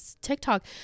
TikTok